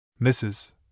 Mrs